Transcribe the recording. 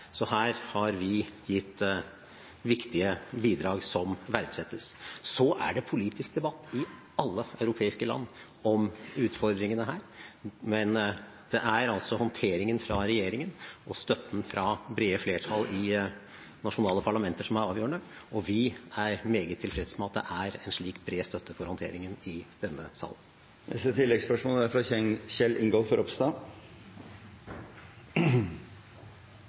Her har vi gitt viktige bidrag som verdsettes. Så er det en politisk debatt i alle europeiske land om utfordringene her, men det er altså håndteringen fra regjeringen og støtten fra brede flertall i nasjonale parlamenter som er avgjørende, og vi er meget tilfreds med at det er en slik bred støtte for håndteringen i denne sal. Kjell Ingolf Ropstad – til neste